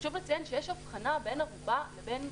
חשוב לציין את ההבחנה בין ערובה לבין קנס.